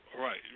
Right